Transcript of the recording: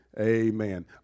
Amen